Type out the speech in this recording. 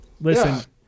Listen